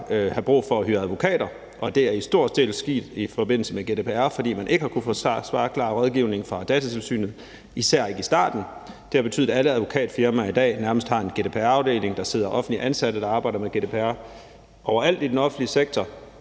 have brug for at hyre advokater, og det er i stor stil sket i forbindelse med GDPR, fordi man ikke har kunnet få klar rådgivning fra Datatilsynet, især ikke i starten. Det har betydet, at nærmest alle advokatfirmaer i dag har en GDPR-afdeling. Der sidder offentligt ansatte, der arbejder med GDPR, overalt i offentlige sektor.